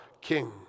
king